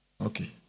Okay